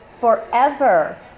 forever